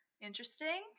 interesting